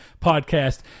podcast